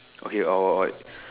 okay or or